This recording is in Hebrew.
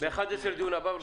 ב-11:00 הדיון הבא.